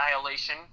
Annihilation